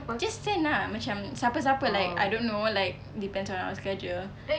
just change ah macam siapa siapa like I don't know like depends on our schedule